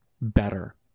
better